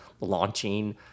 launching